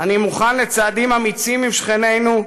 "אני מוכן לצעדים אמיצים עם שכנינו,